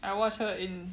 I watched her in